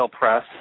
press